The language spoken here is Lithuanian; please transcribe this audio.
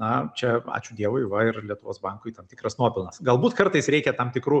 na čia ačiū dievui va ir lietuvos bankui tam tikras nuopelnas galbūt kartais reikia tam tikrų